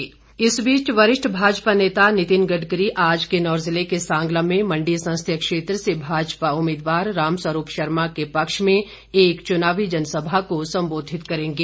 नितिन गडकरी इस बीच वरिष्ठ भाजपा नेता नितिल गडकरी आज किन्नौर ज़िले के सांगला में मंडी संसदीय क्षेत्र से भाजपा उम्मीदवार रामस्वरूप शर्मा के पक्ष में एक चुनावी जनसभा को संबोधित करेंगे